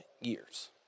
years